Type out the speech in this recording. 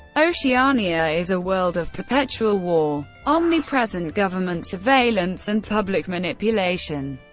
oceania is a world of perpetual war, omnipresent government surveillance and public manipulation.